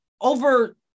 over